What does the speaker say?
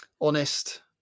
Honest